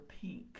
pink